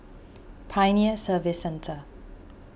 Pioneer Service Centre